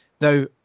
Now